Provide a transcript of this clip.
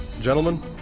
Gentlemen